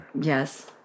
Yes